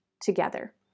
together